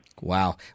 Wow